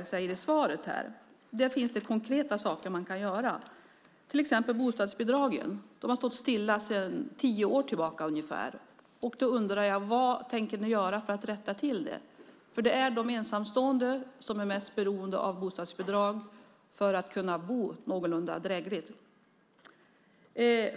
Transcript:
familjestöden. Där finns det konkreta saker man kan göra. Det gäller till exempel bostadsbidragen. De har stått stilla sedan ungefär tio år tillbaka. Vad tänker ni göra för att rätta till det? Det är de ensamstående som är mest beroende av bostadsbidrag för att kunna bo någorlunda drägligt.